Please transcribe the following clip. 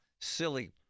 silly